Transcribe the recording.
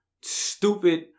stupid